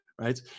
right